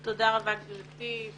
תודה רבה, גברתי.